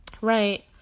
Right